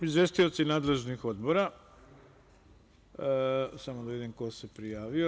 Izvestioci nadležnih odbora, samo da vidim ko se prijavio.